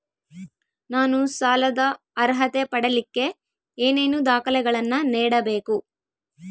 ನಾನು ಸಾಲದ ಅರ್ಹತೆ ಪಡಿಲಿಕ್ಕೆ ಏನೇನು ದಾಖಲೆಗಳನ್ನ ನೇಡಬೇಕು?